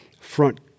front